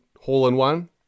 hole-in-one